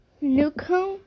Newcomb